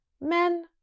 Men